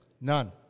None